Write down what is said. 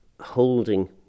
holding